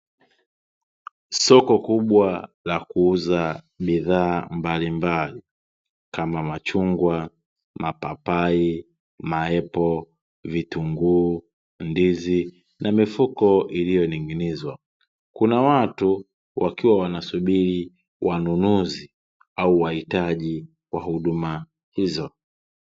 Soko kubwa la kuuza bidhaa mbalimbali, kama: machungwa, mapapai, maepo, vitunguu, ndizi na mifuko iliyoning'inizwa. Kuna watu wakiwa wanasubiri wanunuzi au wahitaji wa huduma hizo.